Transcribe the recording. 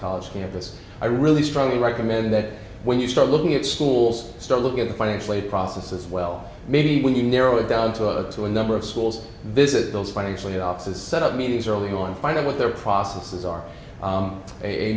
college campus i really strongly recommend that when you start looking at schools start looking at the financial aid process as well maybe when you narrow it down to a to a number of schools visit those financially offices set up meetings early on find out what their processes are